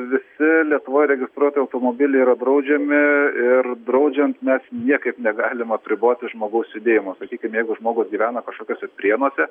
visi lietuvoj registruoti automobiliai yra draudžiami ir draudžiant mes niekaip negalim apriboti žmogaus judėjimo sakykim jeigu žmogus gyvena kažkokiuose prienuose